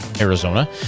Arizona